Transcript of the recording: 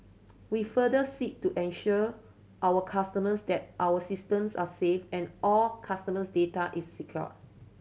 we further seek to assure our customers that our systems are safe and all customers data is secure